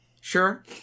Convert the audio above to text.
Sure